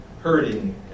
hurting